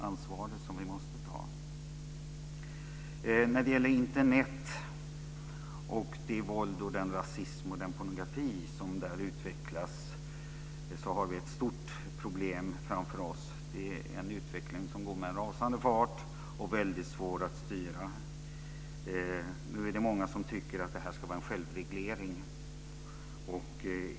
Vi har ett stort problem framför oss med Internet och det våld, den rasism och den pornografi som utvecklas där. Det är en utveckling som går med en rasande fart och som är svår att styra. Många tycker att detta ska självregleras.